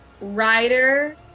rider